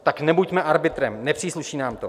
Tak nebuďme arbitrem, nepřísluší nám to.